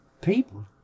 people